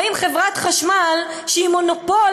והאם חברת חשמל שהיא מונופול,